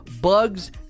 bugs